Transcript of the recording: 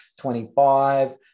25